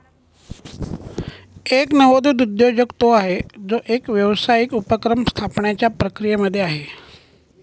एक नवोदित उद्योजक तो आहे, जो एक व्यावसायिक उपक्रम स्थापण्याच्या प्रक्रियेमध्ये आहे